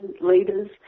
leaders